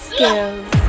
Skills